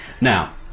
Now